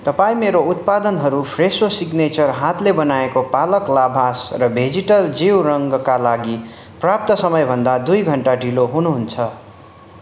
तपाईँ मेरो उत्पादनहरू फ्रेसो सिग्नेचर हातले बनाएको पालक लाभास र भेजिटल जैव रङका लागि प्राप्त समयभन्दा दुई घन्टा ढिलो हुनुहुन्छ